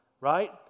Right